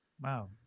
Wow